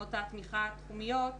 תקנות התמיכה התחומיות,